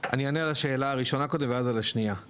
אני אענה על השאלה הראשונה קודם ואז על השנייה.